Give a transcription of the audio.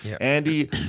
Andy